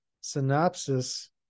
Synopsis